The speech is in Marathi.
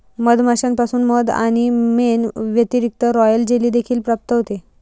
मधमाश्यांमधून मध आणि मेण व्यतिरिक्त, रॉयल जेली देखील प्राप्त होते